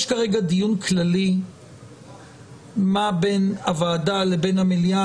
יש כרגע דיון כללי מה בין הוועדה לבין המליאה.